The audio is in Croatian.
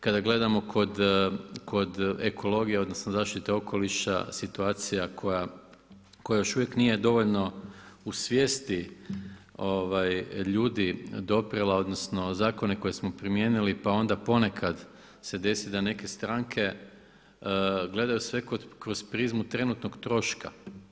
Kada gledamo kod ekologije odnosno zaštite okoliša, situacija koja još uvijek nije dovoljno u svijesti ljudi doprijela odnosno zakone koje smo primijenili pa onda ponekad se desi da neke stranke gledaju sve kroz prizmu trenutnog troška.